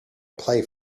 play